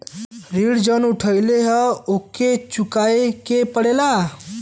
ऋण जउन उठउले हौ ओके चुकाए के पड़ेला